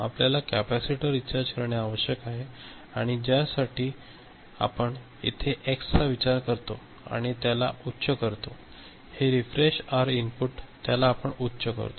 आपल्याला capacitor recharge करणे आवश्यक आहे आणि ज्यासाठी आपण येथे या एक्स चा विचार करतो आणि त्याला उच्च करतो आणि हे रिफ्रेश आर इनपुट त्याला आपण उच्च करतो